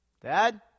Dad